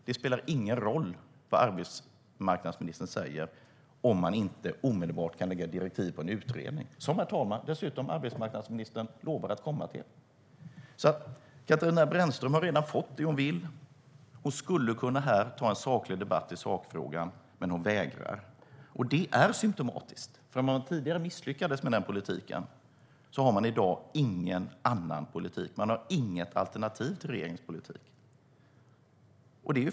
Det spelar ingen roll vad arbetsmarknadsministern säger om hon inte omedelbart kan lägga direktiv till en utredning som hon, herr talman, dessutom lovar att komma till. Katarina Brännström har redan fått det hon vill ha och skulle här kunna föra en saklig debatt i sakfrågan. Men hon vägrar, och det är symtomatiskt. Man misslyckades med den tidigare politiken, och man har i dag inget alternativ till regeringens politik.